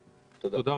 תודה רבה.